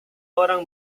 orang